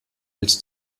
als